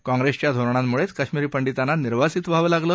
काँग्रेसच्या धोरणांमुळेच कश्मीरी पंडितांना निर्वासित व्हावं लागलं